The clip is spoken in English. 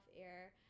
air